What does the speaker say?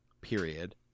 period